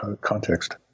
context